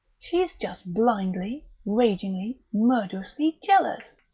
she's just blindly, ragingly, murderously jealous.